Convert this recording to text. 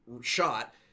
shot